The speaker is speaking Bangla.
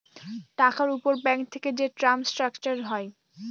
টাকার উপর ব্যাঙ্ক থেকে যে টার্ম স্ট্রাকচার হয়